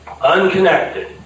unconnected